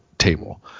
table